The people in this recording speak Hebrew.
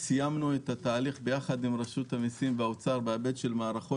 סיימנו את התהליך יחד עם רשות המיסים באוצר בהיבט של מערכות